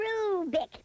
Rubik